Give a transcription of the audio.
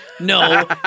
No